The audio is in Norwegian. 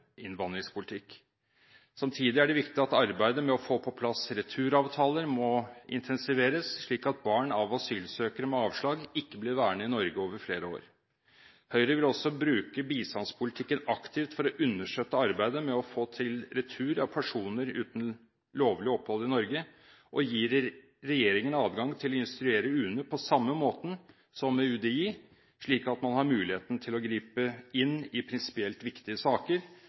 er det viktig at arbeidet med å få på plass returavtaler må intensiveres, slik at barn av asylsøkere med avslag ikke blir værende i Norge over flere år. Høyre vil også bruke bistandspolitikken aktivt for å understøtte arbeidet med å få til retur av personer uten lovlig opphold i Norge, og gi regjeringen adgang til å instruere UNE på samme måte som med UDI, slik at man har muligheten til å gripe inn i prinsipielt viktige saker